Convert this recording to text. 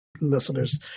listeners